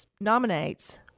nominates